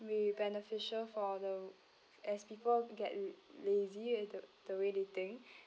be beneficial for the as people get lazy in the the way they think